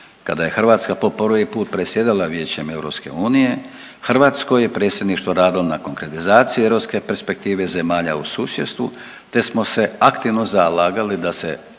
kada je Hrvatska po prvi put predsjedala Vijećem EU, hrvatsko je predsjedništvo radilo na konkretizaciji europske perspektive zemalja u susjedstvu te smo se aktivno zalagali da se